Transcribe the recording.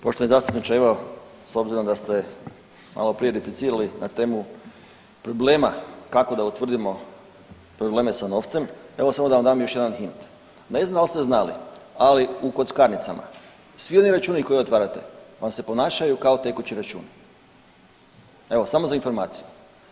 Poštovani zastupniče evo s obzirom da ste maloprije replicirali na temu problema kako da utvrdimo probleme sa novcem, evo samo da vam dam još jedan … Ne znam jel ste znali, ali u kockarnicama svi oni računi koje otvarate vam se ponašaju kao tekući računi, evo samo za informaciju.